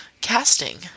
casting